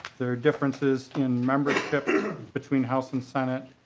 there are differences in membership between house and senate.